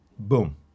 Boom